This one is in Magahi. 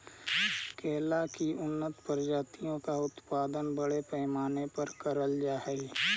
केला की उन्नत प्रजातियों का उत्पादन बड़े पैमाने पर करल जा हई